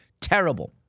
terrible